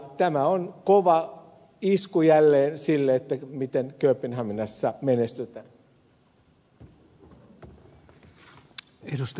tämä on jälleen kova isku sille miten kööpenhaminassa menestytään